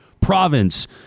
province